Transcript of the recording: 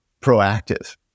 proactive